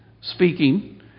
speaking